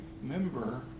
member